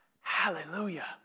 Hallelujah